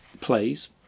plays